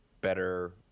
better